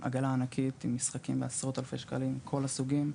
עגלה ענקית עם משחקים בעשרות אלפי שקלים מכל הסוגים.